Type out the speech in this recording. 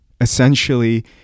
Essentially